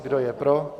Kdo je pro?